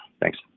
Thanks